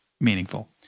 meaningful